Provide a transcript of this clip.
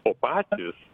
o patys